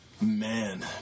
Man